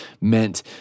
meant